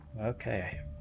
okay